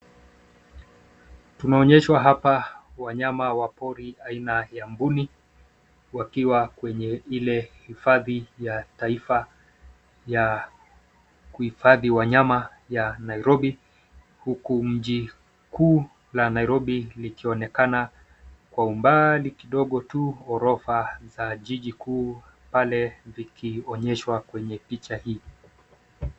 Tanaonyeshwa hapa wanyama wa pori aina ya mbuni wakiwa kwenye ile hifadhi ya taifa ya kuhifadhi wanyama ya Nairobi, huku mji mkuu wa Nairobi linaonekana kwa umbali kidogo tu. Ghorofa la jiji kuu pale likionyeshwa kwenye picha hii.